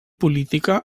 política